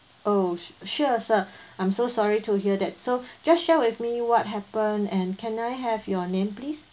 oh su~ sure sir I'm so sorry to hear that so just share with me what happen and can I have your name please